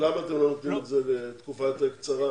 למה אתם לא עושים את זה בתקופה יותר קצרה,